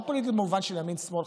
לא פוליטי במובן של ימין שמאל,